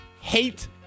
hate